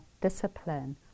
discipline